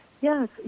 Yes